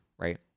right